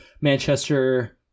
Manchester